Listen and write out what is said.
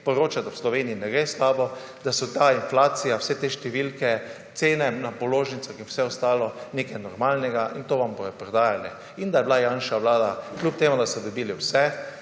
poročati, da v Sloveniji ne gre slabo, da so inflacija, vse te številke, cene na položnicah in vse ostalo nekaj normalnega. In to vam bodo prodajali. In Janševa vlada, kljub temu da so dobili vse,